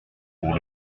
pour